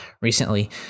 recently